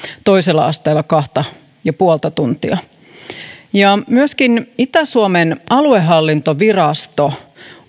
toisella asteella kahta pilkku viittä tuntia myöskin itä suomen aluehallintovirasto